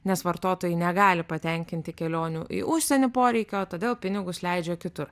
nes vartotojai negali patenkinti kelionių į užsienį poreikio todėl pinigus leidžia kitur